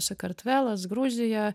sakartvelas gruzija